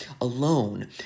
alone